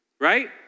right